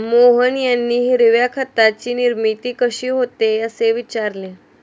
मोहन यांनी हिरव्या खताची निर्मिती कशी होते, असे विचारले